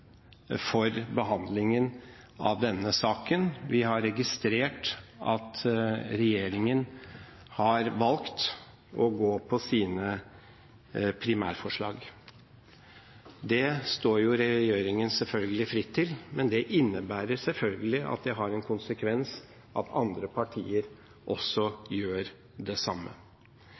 for behandlingen av denne saken. Vi har registrert at regjeringen har valgt å gå for sine primærforslag. Det står regjeringen selvfølgelig fritt til, men det innebærer selvfølgelig at det har den konsekvens at andre partier gjør det samme.